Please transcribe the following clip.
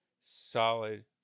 solid